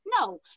No